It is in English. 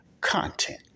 content